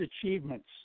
achievements